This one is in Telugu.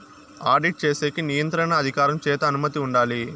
ఆడిట్ చేసేకి నియంత్రణ అధికారం చేత అనుమతి ఉండాలి